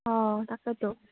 অঁ তাকেতো